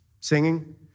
singing